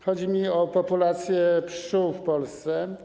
Chodzi mi o populację pszczół w Polsce.